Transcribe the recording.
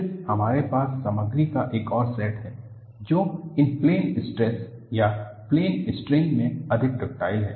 फिर हमारे पास सामग्री का एक और सेट है जो इन प्लेन स्ट्रेस या प्लेन स्ट्रेन में अधिक डक्टाइल है